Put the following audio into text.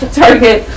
target